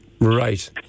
Right